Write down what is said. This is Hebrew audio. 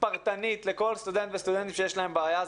פרטנית לכל סטודנט וסטודנטית שיש להם בעיה.